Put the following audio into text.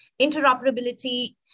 interoperability